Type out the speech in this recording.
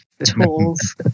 tools